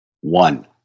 one